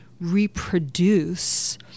reproduce